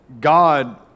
God